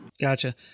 Gotcha